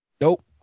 Nope